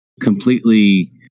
completely